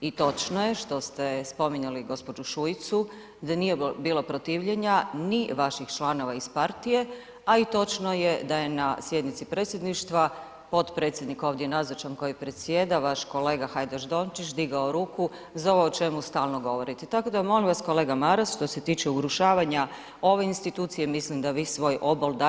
I točno je što ste spominjali gđu. Šuicu da nije bilo protivljenja ni vaših članova iz partije, a i točno je da je na sjednici predsjedništva potpredsjednik ovdje nazočan koji predsjeda vaš kolega Hajdaš Dončić digao ruku za ovo o čemu stalno govorite, tako da molim vas kolega Maras što se tiče urušavanja ove institucije, mislim da vi svoj obol dajete [[Upadica: Hvala, vrijeme]] svakog dana.